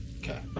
Okay